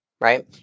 right